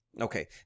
Okay